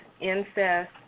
incest